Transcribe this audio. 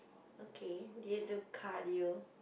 okay did you do cardio